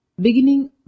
beginning